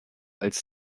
als